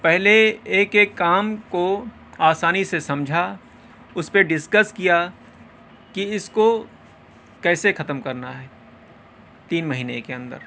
پہلے ایک ایک کام کو آسانی سے سمجھا اس پہ ڈسکس کیا کہ اس کو کیسے ختم کرنا ہے تین مہینے کے اندر